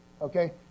Okay